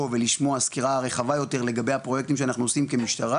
ולשמוע סקירה רחבה יותר לגבי הפרויקטים שאנחנו עושים כמשטרה